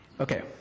Okay